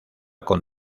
con